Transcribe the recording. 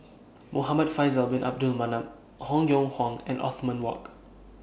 Muhamad Faisal Bin Abdul Manap Han Yong Hong and Othman Wok